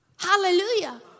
Hallelujah